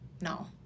no